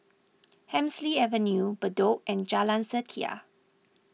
Hemsley Avenue Bedok and Jalan Setia